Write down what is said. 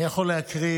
אני יכול להקריא,